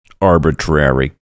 arbitrary